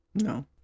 No